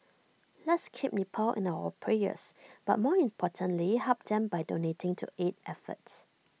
let's keep Nepal in our prayers but more importantly help them by donating to aid efforts